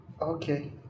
Okay